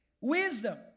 Wisdom